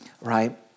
right